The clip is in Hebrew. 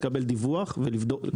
לקבל דיווח ולבדוק.